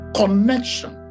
connection